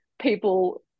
people